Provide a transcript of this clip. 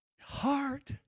heart